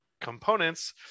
components